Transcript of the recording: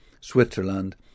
Switzerland